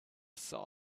saw